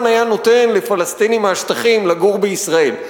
היה נותן לפלסטינים מהשטחים לגור בישראל.